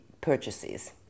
purchases